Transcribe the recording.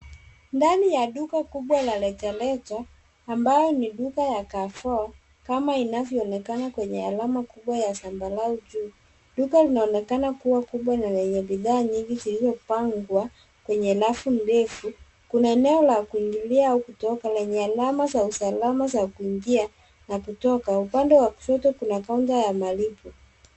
Ndani ya duka kubwa la rejareja ambayo ni duka ya Carrefour, kama inavyoonekana kwenye alama kubwa ya zambarau juu. Duka linaonekana kuwa kubwa na lenye bidhaa nyingi ziliopangwa kwenye rafu ndefu. Kuna eneo la kuingilia au kutoka lenye alama za usalama za kuingia na kutoka. Upande wa kushoto kuna kaunta ya malipo.